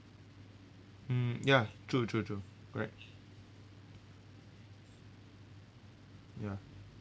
mm ya true true true correct ya